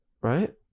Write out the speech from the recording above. right